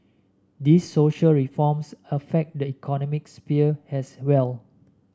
these social reforms affect the economic sphere as well